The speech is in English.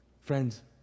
friends